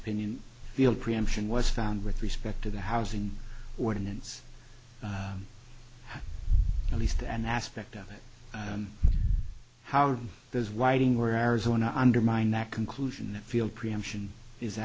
opinion feel preemption was found with respect to the housing ordinance at least an aspect of it and how this writing or arizona undermine that conclusion that field preemption is